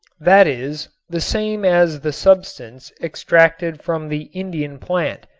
that is the same as the substance extracted from the indian plant,